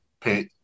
pay